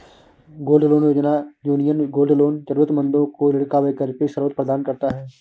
gold loan योजना, union gold loan जरूरतमंदों को ऋण का वैकल्पिक स्रोत प्रदान करता है